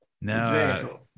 No